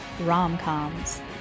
rom-coms